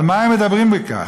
על מה הם מדברים בכלל?